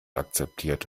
akzeptiert